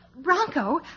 Bronco